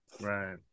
Right